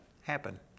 happen